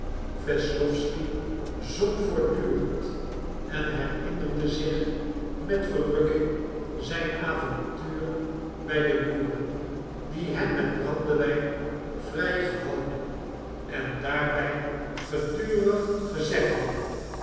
wesslowsky zong voortdurend en herinnerde zich met verrukking zijn avontuur bij de boeren die hem met brandewijn vrijgehouden en daarbij gedurig gezegd hadden